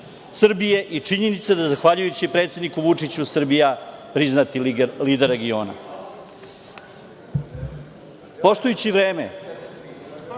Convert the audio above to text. i činjenica da zahvaljujući predsedniku Vučiću Srbija je priznati lider regiona. Poštujući vreme,